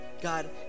God